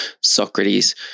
Socrates